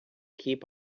keep